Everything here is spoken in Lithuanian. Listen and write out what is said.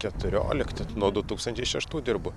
keturiolikti nuo du tūkstančiai šeštų dirbu